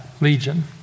legion